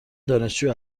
دانشجو